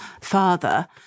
father